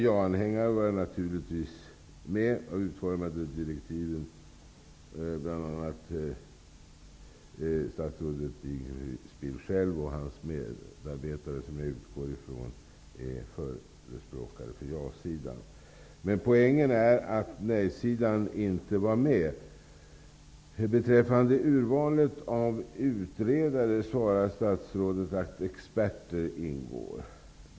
Ja-anhängare var naturligtvis med och utformade direktiven, bl.a. statsrådet Dinkelspiel själv och hans medarbetare, som jag utgår från är förespråkare för ja-sidan. Poängen är att nej-sidan inte var med. Beträffande urvalet av utredare svarar statsrådet att experter ingår.